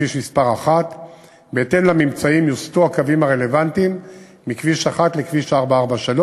בכביש מס' 1. בהתאם לממצאים יוסטו הקווים הרלוונטיים מכביש 1 לכביש 443